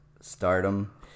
stardom